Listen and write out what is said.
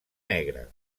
negra